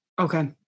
Okay